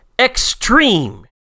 Extreme